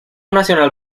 nacional